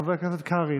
חבר הכנסת ישראל כץ,